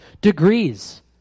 degrees